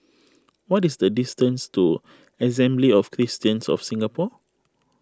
what is the distance to Assembly of Christians of Singapore